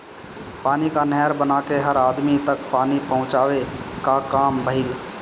पानी कअ नहर बना के हर अदमी तक पानी पहुंचावे कअ काम भइल